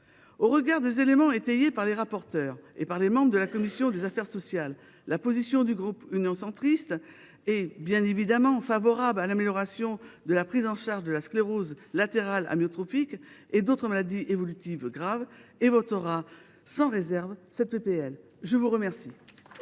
Au regard des éléments étayés par les rapporteures et par les membres de la commission des affaires sociales, le groupe Union Centriste est bien évidemment favorable à l’amélioration de la prise en charge de la sclérose latérale amyotrophique et d’autres maladies évolutives graves. Il votera sans réserve la présente